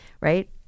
right